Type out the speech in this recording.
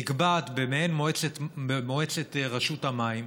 נקבעת במעין מועצת רשות המים,